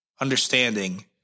understanding